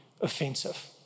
offensive